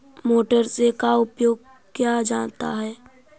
Motor से का उपयोग क्या जाता है?